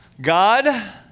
God